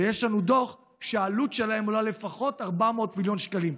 ויש לנו דוח שלפיו העלות שלהם היא לפחות 400 מיליון שקלים.